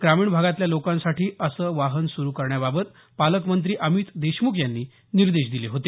ग्रामीण भागातल्या लोकांसाठी असे वाहन सुरू करण्याबाबत पालकमंत्री अमित देशमुख यांनी निर्देश दिले होते